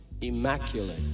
immaculate